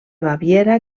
baviera